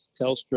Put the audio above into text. Telstra